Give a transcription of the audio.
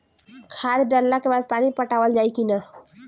खाद डलला के बाद पानी पाटावाल जाई कि न?